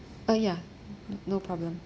uh ya no problem